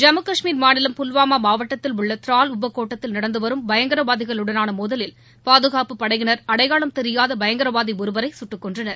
ஜம்மு கஷ்மீர் மாநிலம் புல்வாமா மாவட்டத்தில் உள்ள த்ரால் உபகோட்டத்தில் நடந்து வரும் பயங்கரவாதிகளுடனான மோதலில் பாதுகாப்பு படையினர் அடையாளம் தெரியாத பயங்கரவாதி ஒருவரை சுட்டுக்கொன்றனர்